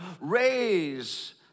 raise